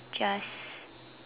just